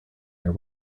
your